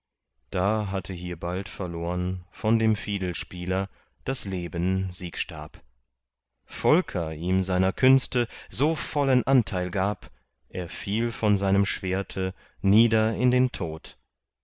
da hatte hier bald verlorn von dem fiedelspieler das leben siegstab volker ihm seiner künste so vollen anteil gab er fiel von seinem schwerte nieder in den tod